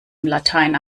latein